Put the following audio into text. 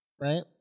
right